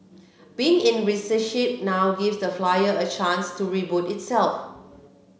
being in receivership now gives the Flyer a chance to reboot itself